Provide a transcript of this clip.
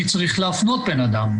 אחת",